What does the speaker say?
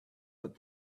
but